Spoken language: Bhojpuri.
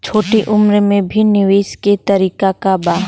छोटी उम्र में भी निवेश के तरीका क बा?